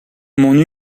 mon